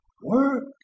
work